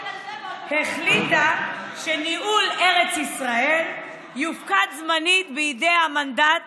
ועידת סן רמו החליטה שניהול ארץ ישראל יופקד זמנית בידי המנדט